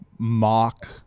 mock